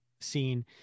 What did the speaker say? scene